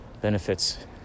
benefits